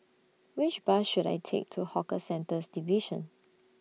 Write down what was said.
Which Bus should I Take to Hawker Centres Division